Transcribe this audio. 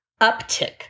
uptick